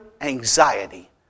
anxiety